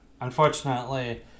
unfortunately